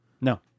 No